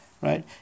Right